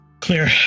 Clear